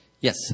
Yes